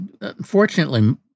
unfortunately